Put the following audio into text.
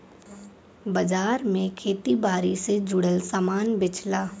बाजार में खेती बारी से जुड़ल सामान बेचला